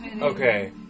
Okay